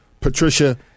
Patricia